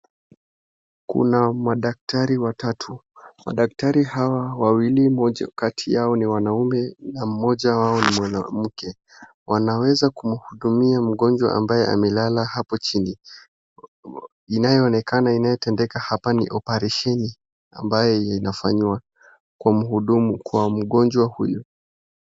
Kuna madaktari watatu. Madaktari hawa wawili moja kati yao ni wanaume na mmoja wao ni mwanamke. Wanaweza kumhudumia mgonjwa ambaye amelala hapo chini. Inayoonekana inayotendeka hapa ni opresheni ambaye inafanywa kwa mhudumu kwa mgonjwa huyu.